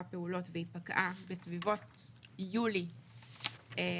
פעולות והיא פקעה בסביבות יולי האחרון,